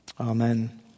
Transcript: Amen